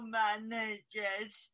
managers